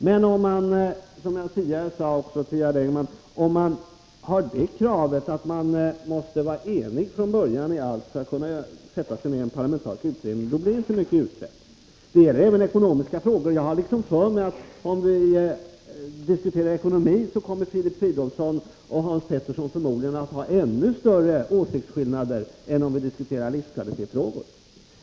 Men om man, som jag tidigare sade till Gerd Engman, har det kravet att vi måste vara eniga från början i allt för att kunna sätta oss ned i en parlamentarisk utredning, blir inte mycket utrett. Jag har liksom för mig att om vi diskuterar ekonomi, näringspolitik eller nästan vilket ämne som helst, kommer Filip Fridolfsson och Hans Petersson förmodligen att visa upp ännu större åsiktsskillnader än om vi diskuterar livskvalitetsfrågor.